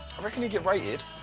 i reckon he'd get rated.